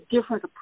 different